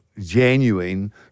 genuine